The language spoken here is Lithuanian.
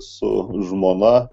su žmona